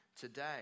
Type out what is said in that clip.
today